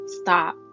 stop